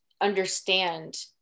understand